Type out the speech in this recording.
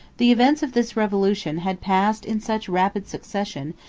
the events of this revolution had passed in such rapid succession,